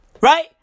Right